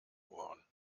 ohren